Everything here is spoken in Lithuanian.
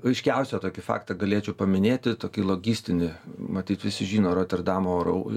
aiškiausią tokį faktą galėčiau paminėti tokį logistinį matyt visi žino roterdamo oro